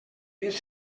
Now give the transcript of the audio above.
més